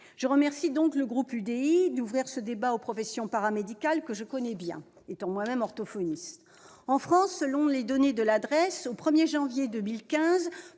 Je remercie donc le groupe de l'UDI-UC d'ouvrir ce débat aux professions paramédicales que je connais bien, étant moi-même orthophoniste. En France, selon les données de la DREES, au 1janvier 2015,